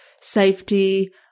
safety